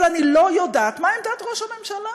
אבל אני לא יודעת מה עמדת ראש הממשלה.